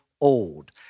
old